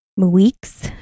Weeks